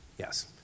Yes